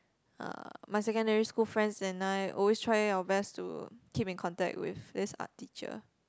uh my secondary school friends and I always try our best to keep in contact with this Art teacher